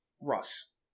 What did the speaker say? Russ